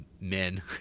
men